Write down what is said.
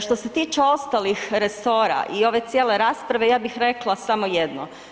Što se tiče ostalih resora i ove cijele rasprave ja bih rekla samo jedno.